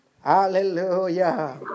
Hallelujah